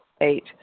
Eight